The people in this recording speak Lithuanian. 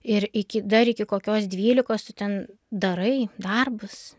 ir iki dar iki kokios dvylikos tu ten darai darbus